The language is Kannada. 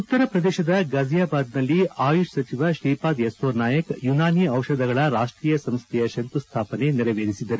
ಉತ್ತರಪ್ರದೇಶದ ಫಜಿಯಾಬಾದ್ನಲ್ಲಿ ಆಯುಷ್ ಸಚಿವ ಶ್ರೀಪಾದ್ ಯಸ್ಲೋ ನಾಯಕ್ ಯುನಾನಿ ದಿಪಧಗಳ ರಾಷ್ಟೀಯ ಸಂಸ್ಥೆಯ ಶಂಕುಸ್ಥಾಪನೆ ನೆರವೇರಿಸಿದರು